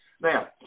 Now